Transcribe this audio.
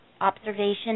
Observation